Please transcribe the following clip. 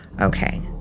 Okay